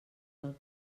del